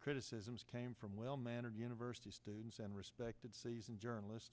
criticisms came from well mannered university students and respected seasoned journalist